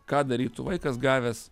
ką darytų vaikas gavęs